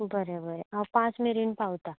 बरें बरें हांव पांंच मेरेन पावता